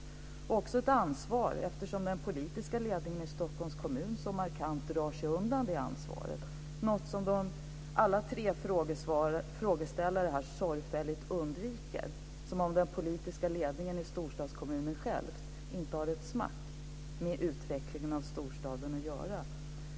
Det handlar också om ett ansvar, eftersom den politiska ledningen i Stockholms kommun så markant drar sig undan det ansvaret, något som alla tre frågeställarna sorgfälligt undviker, som om den politiska ledningen i storstadskommunen inte har ett smack med utvecklingen av storstaden att göra.